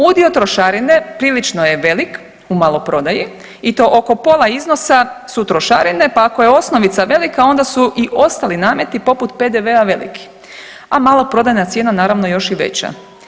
Udio trošarine prilično je velik u maloprodaji i to oko pola iznosa su trošarine, pa ako je osnovica velika onda su i ostali nameti poput PDV-a veliki, a maloprodajna cijena naravno još i veća.